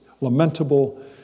lamentable